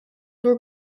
were